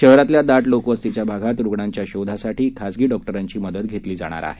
शहरातल्या दाट लोकवस्तीच्या भागात रुग्णांच्या शोधासाठी खासगी डॉक्टरांची मदत घेतली जाणार आहे